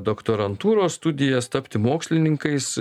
doktorantūros studijas tapti mokslininkais